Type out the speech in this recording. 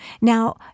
Now